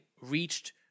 reached